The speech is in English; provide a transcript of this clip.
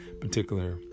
particular